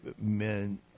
men